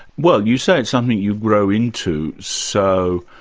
well, you say it's something you grow into, so,